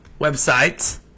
websites